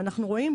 ואנחנו רואים,